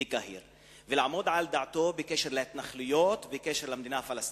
בקהיר ולעמוד על דעתו בקשר להתנחלויות ובקשר למדינה הפלסטינית.